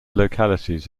localities